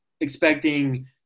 expecting